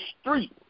street